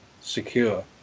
secure